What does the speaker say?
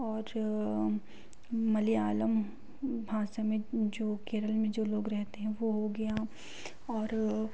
और मलयालम भाषा में जो केरल में जो लोग रहते हैं वो हो गया और